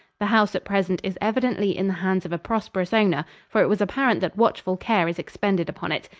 the house at present is evidently in the hands of a prosperous owner, for it was apparent that watchful care is expended upon it.